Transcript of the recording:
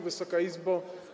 Wysoka Izbo!